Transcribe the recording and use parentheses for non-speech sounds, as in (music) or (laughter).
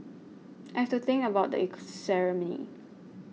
I have to think about the (unintelligible) ceremony